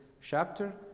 chapter